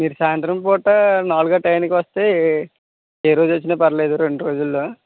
మీరు సాయంత్రం పూట నాలుగు ఆ టైంకి వస్తే ఏ రోజు వచ్చినా పర్వాలేదు రెండు రోజుల్లో